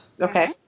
Okay